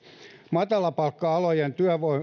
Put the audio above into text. matalapalkka alojen